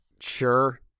Sure